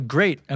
Great